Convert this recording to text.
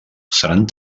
seran